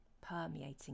permeating